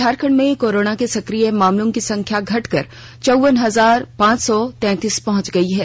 झारखंड में कोरोना के सक्रिय मामलों की संख्या घटकर चौवन हजार पांच सौ तैंतीस पहुंच गई है